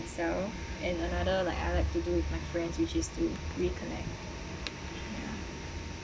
and another I like to do with my friends which is to reconnect ya